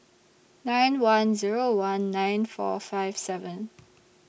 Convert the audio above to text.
nine one Zero one nine four five seven